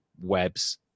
webs